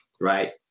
right